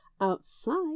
outside